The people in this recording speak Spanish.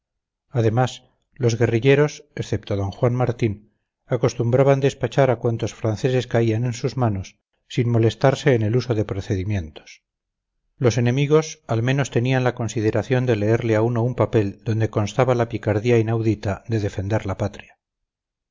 además los guerrilleros excepto don juan martín acostumbraban despachar a cuantos franceses caían en sus manos sin molestarse en el uso de procedimientos los enemigos al menos tenían la consideración de leerle a uno un papel donde constaba la picardía inaudita de defender la patria